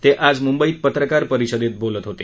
ते आज मुंबईत पत्रकार परिषदेत बोलत होते